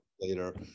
later